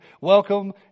Welcome